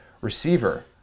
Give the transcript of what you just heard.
receiver